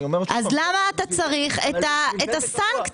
אז למה אתה צריך את הסנקציה?